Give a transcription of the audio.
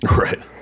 Right